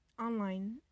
Online